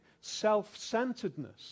self-centeredness